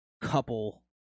couple